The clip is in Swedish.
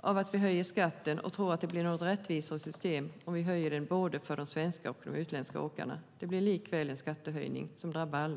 av att vi höjer skatten och att det blir ett rättvisare system om vi höjer den för både de svenska och de utländska åkarna. Det blir likväl en skattehöjning som drabbar alla.